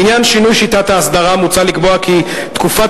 לעניין שינוי שיטת ההסדרה מוצע לקבוע כי תקופת